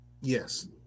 Yes